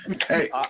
Hey